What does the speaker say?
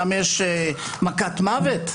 שם יש מכת מוות?